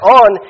on